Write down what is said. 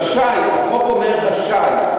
רשאי, החוק אומר: רשאי.